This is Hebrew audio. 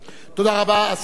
השר מרגי, בבקשה.